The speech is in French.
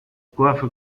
coiffe